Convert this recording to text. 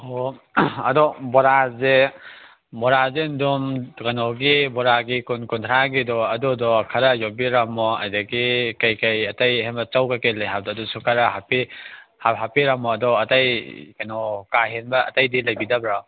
ꯑꯣ ꯑꯗꯣ ꯕꯣꯔꯥꯁꯦ ꯕꯣꯔꯥꯁꯦ ꯑꯗꯨꯝ ꯀꯩꯅꯣꯒꯤ ꯕꯣꯔꯥꯒꯤ ꯀꯨꯟ ꯀꯨꯟꯊ꯭ꯔꯥꯒꯤꯗꯣ ꯑꯗꯨꯗꯣ ꯈꯔ ꯌꯣꯝꯕꯤꯔꯝꯃꯣ ꯑꯗꯒꯤ ꯀꯩꯀꯩ ꯑꯇꯩ ꯑꯍꯦꯟꯕ ꯆꯧ ꯀꯩꯀꯩ ꯂꯩ ꯍꯥꯏꯕꯗꯣ ꯑꯗꯨꯁꯨ ꯈꯔ ꯍꯥꯞꯄꯤꯔꯝꯃꯣ ꯑꯗꯣ ꯑꯇꯩ ꯀꯩꯅꯣ ꯀꯥꯍꯦꯟꯕ ꯑꯇꯩꯗꯤ ꯂꯩꯕꯤꯗꯕ꯭ꯔꯣ